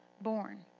born